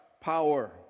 power